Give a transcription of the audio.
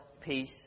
peace